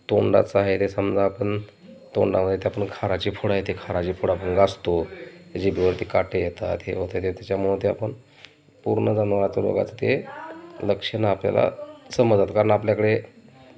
तोंडाचं आहे ते समजा आपण तोंडामध्ये ते आपण खाराची फोडं आहे ते खाराची फोड आपण घासतो जीभेवरती काटे येतात हे होतं ते त्याच्यामुळं ते आपण पूर्ण जनावराचं रोगाचं ते लक्षणं आपल्याला समजतात कारण आपल्याकडे